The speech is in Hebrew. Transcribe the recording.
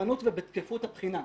במהימנות ובתקפות הבחינה.